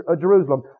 Jerusalem